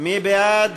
מי בעד?